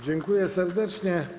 Dziękuję serdecznie.